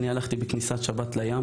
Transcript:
הלכתי בכניסת השבת לים